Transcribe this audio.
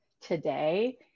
today